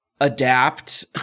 adapt